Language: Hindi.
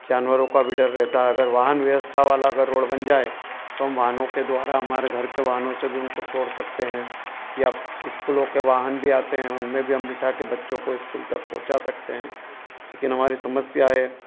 जानवरों का भी डर रहता है अगर वाहन व्यवस्था वाली अगर रोड बन जाए तो वाहनों के द्वारा हमारे घर के वाहनों से भी उनको छोड़ सकते हैं या स्कूलों के वाहन भी आते हैं उनमें भी हम बिठाकर बच्चों को स्कूल तक पहुँचा सकते हैं लेकिन हमारी समस्या है